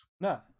No